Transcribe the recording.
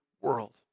world